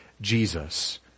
Jesus